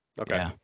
okay